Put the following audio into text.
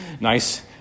nice